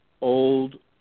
old